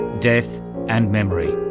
death and memory.